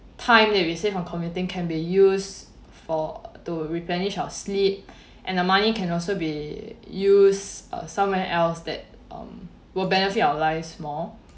time that we saved from commuting can be used for to replenish our sleep and the money can also be use uh somewhere else that um will benefit our lives more